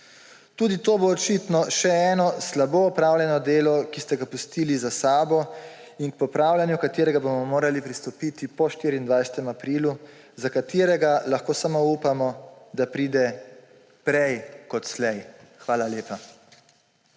Tudi to bo očitno še eno slabo opravljeno delo, ki ste ga pustili za sabo, in popravljanje, h kateremu bomo morali pristopiti po 24. aprilu, za katerega lahko samo upamo, da pride prej ko slej. Hvala lepa.